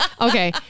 Okay